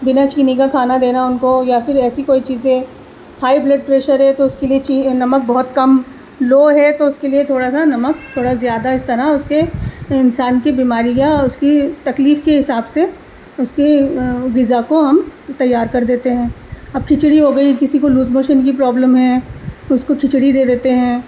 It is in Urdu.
بنا چینی کا کھانا دینا ان کو یا پھر ایسی کوئی چیزیں ہائی بلڈ پریشر ہے تو اس کے لیے نمک بہت کم لو ہے تو اس کے لیے تھوڑا سا نمک تھوڑا زیادہ اس طرح اس کے انسان کی بیماری یا اس کی تکلیف کے حساب سے اس کی غذا کو ہم تیار کر دیتے ہیں اب کھچڑی ہو گئی کسی کو لوز موشن کی پرابلم ہے اس کو کھچڑی دے دیتے ہیں